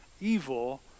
evil